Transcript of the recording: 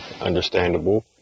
understandable